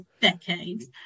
decades